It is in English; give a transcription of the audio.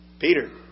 Peter